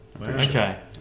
okay